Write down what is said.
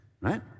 right